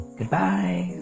goodbye